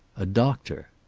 a doctor.